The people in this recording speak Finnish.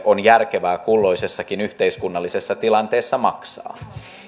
on järkevää kulloisessakin yhteiskunnallisessa tilanteessa maksaa